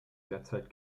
derzeit